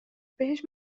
بهش